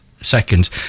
seconds